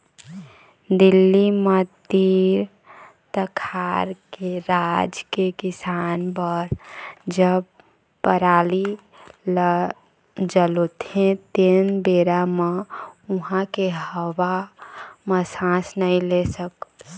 दिल्ली म तीर तखार के राज के किसान बर जब पराली ल जलोथे तेन बेरा म उहां के हवा म सांस नइ ले सकस